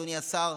אדוני השר,